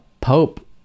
Pope